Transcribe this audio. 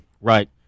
Right